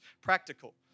practical